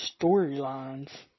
storylines